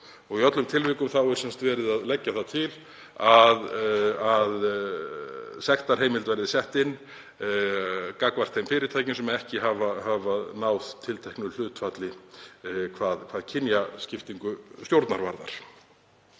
Í öllum tilvikum er verið að leggja það til að sektarheimild verði sett inn gagnvart þeim fyrirtækjum sem ekki hafa náð tilteknu hlutfalli hvað kynjaskiptingu stjórnar varðar.